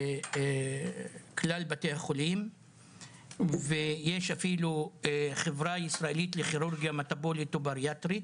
בכלל בתי החולים ויש אפילו חברה ישראלית לכירורגיה מטבולית ובריאטרית,